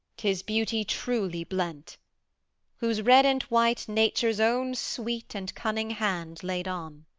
t is beauty truly blent whose red and white nature's own sweet and cunning hand laid on.